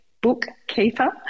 bookkeeper